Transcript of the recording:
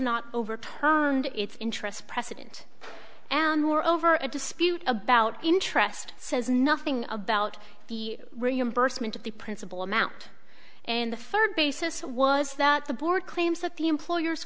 not overturned its interests precedent and more over a dispute about interest says nothing about the reimbursement of the principal amount and the third basis was that the board claims that the employer